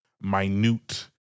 minute